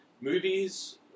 movies